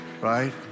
Right